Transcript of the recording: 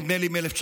נדמה לי מ-1966,